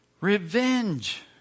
revenge